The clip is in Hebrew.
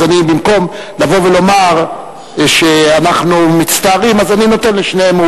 במקום לבוא ולומר שאנחנו מצטערים אני נותן לשניהם.